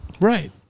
Right